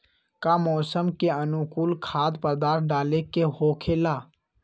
का मौसम के अनुकूल खाद्य पदार्थ डाले के होखेला?